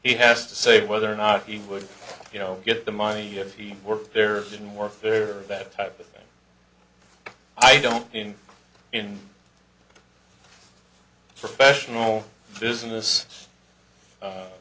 he has to say whether or not he would you know get the mine if he worked there in warfare that type of thing i don't mean in a professional business